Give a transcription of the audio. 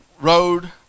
road